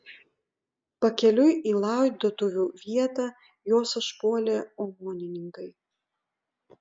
pakeliui į laidotuvių vietą juos užpuolė omonininkai